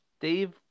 Dave